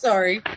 Sorry